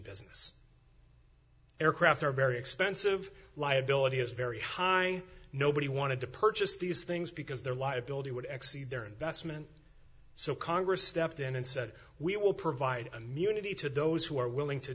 business aircraft are very expensive liability is very high nobody wanted to purchase these things because their liability would execute their investment so congress stepped in and said we will provide a munity to those who are willing to